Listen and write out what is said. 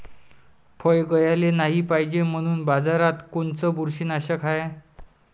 फळं गळाले नाही पायजे म्हनून बाजारात कोनचं बुरशीनाशक हाय?